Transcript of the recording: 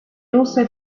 also